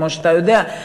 כמו שאתה יודע,